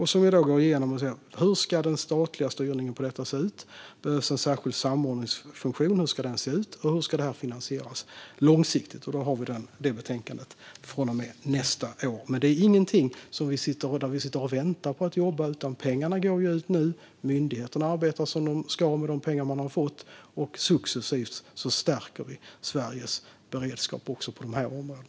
Hon ska gå igenom och se över hur den statliga styrningen ska se ut, om det behövs en särskild samordningsfunktion och hur den ska se ut samt hur detta ska finansieras långsiktigt. Det betänkandet redovisas nästa år. Vi sitter inte och väntar på att jobba utan pengarna går ut nu, myndigheterna arbetar som de ska med de pengar de har fått och Sveriges beredskap stärks successivt på dessa områden.